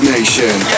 Nation